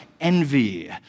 envy